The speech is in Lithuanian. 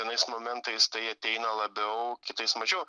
vienais momentais tai ateina labiau kitais mažiau